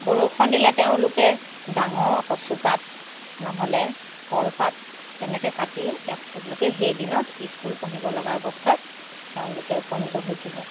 বৰষুণ দিলে তেওঁলোকে ডাঙৰ কচুপাত নহ'লে কলপাত তেনেকৈ কাটিয়েই তেখেতলোকে সেইদিনত স্কুল পঢ়িব লগা অৱস্থাত তেওঁলোকে উপনীত হৈছিলে